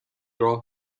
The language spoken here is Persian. راه